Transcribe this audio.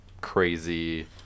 crazy